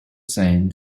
same